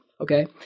okay